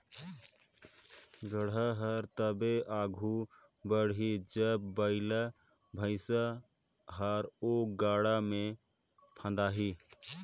गाड़ा हर तबे आघु बढ़ही जब बइला भइसा हर ओ गाड़ा मे फदाही